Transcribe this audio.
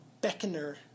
beckoner